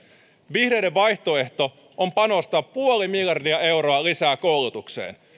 vihreiden vaihtoehto on panostaa puoli miljardia euroa lisää koulutukseen